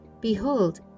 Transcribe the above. Behold